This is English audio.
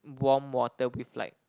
warm water with like